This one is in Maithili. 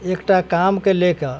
एकटा कामके लऽ कऽ